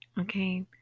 okay